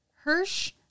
Hirsch